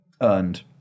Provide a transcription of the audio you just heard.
earned